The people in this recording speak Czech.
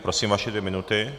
Prosím, vaše dvě minuty.